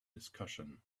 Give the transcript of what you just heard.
discussion